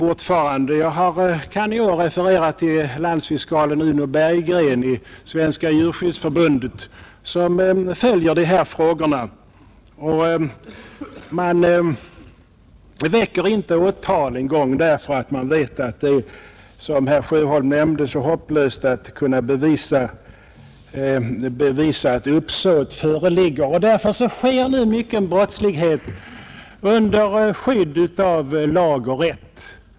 Jag kan här referera till landsfiskalen Uno Berggren i Svenska djurskyddsförbundet, som mycket noga följer dessa frågor. Man väcker inte åtal en gång, eftersom man vet att det är hopplöst att bevisa huruvida uppsåt föreligger. För den skull förekommer mycken brottslighet under skydd av lag och rätt.